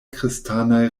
kristanaj